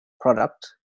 product